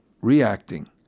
reacting